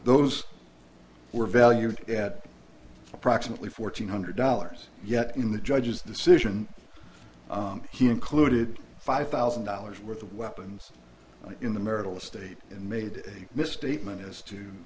those were valued at approximately fourteen hundred dollars yet in the judge's decision he included five thousand dollars worth of weapons in the marital estate and made a missta